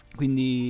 quindi